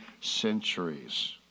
centuries